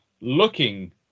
looking